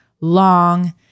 long